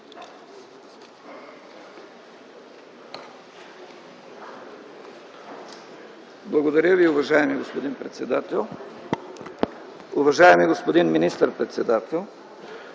Благодаря Ви, уважаеми господин председател. Уважаеми господин министър-председател,